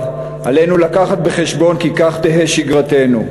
עלינו להביא בחשבון כי כך תהא שגרתנו.